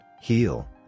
heal